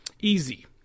easy